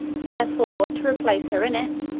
therefore, to replace her in it,